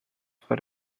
for